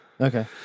Okay